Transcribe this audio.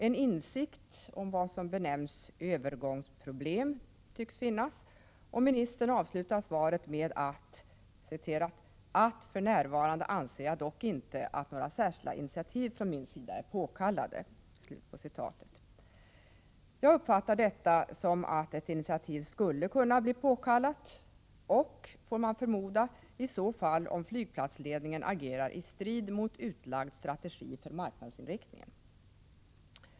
En insikt om vad som benämns ”övergångsproblem” tycks finnas, och ministern avslutar svaret med orden: ”För närvarande anser jag dock inte att några särskilda initiativ från min sida är påkallade.” Jag uppfattar detta så, att ett initiativ skulle kunna bli påkallat och — får man förmoda — i så fall om flygplatsledningen agerar i strid mot utlagd strategi för marknadsinriktningen.